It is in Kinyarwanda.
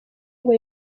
ngo